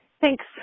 Thanks